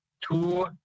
two